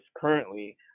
currently